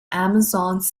amazons